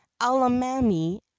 Alamami